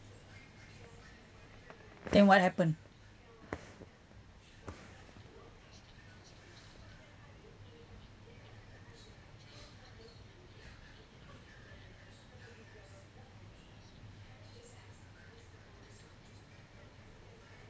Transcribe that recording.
then what happen